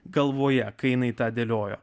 galvoje kai jinai tą dėliojo